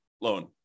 loan